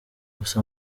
gusa